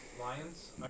Lions